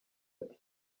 ati